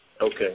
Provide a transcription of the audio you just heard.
Okay